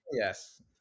Yes